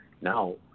now